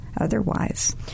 otherwise